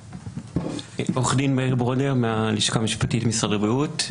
אני מהלשכה המשפטית במשרד הבריאות.